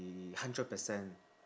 the hundred percent